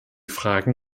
frage